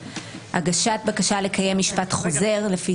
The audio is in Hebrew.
והגשת בקשה לקיום משפט חוזר לפי